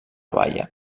baia